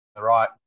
right